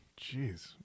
Jeez